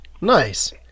Nice